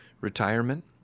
retirement